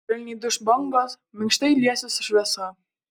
švelniai duš bangos minkštai liesis šviesa